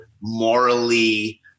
morally